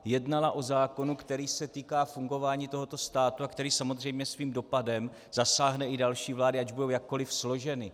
Jednala o zákonu, který se týká fungování tohoto státu a který samozřejmě svým dopadem zasáhne i další vlády, ať už budou jakkoliv složeny.